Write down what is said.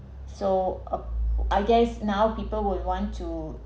so uh I guess now people would want to